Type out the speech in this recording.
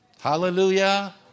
Hallelujah